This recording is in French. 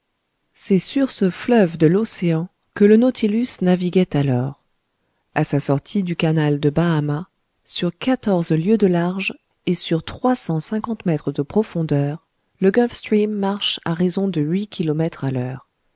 c'est sur ce fleuve de l'océan que le nautilus naviguait alors a sa sortie du canal de bahama sur quatorze lieues de large et sur trois cent cinquante mètres de profondeur le gulf stream marche à raison de huit kilomètres à l'heure